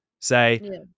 Say